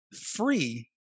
free